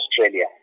Australia